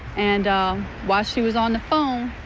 and while she was on the phone,